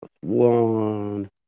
one